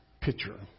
picture